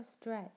stretch